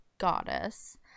goddess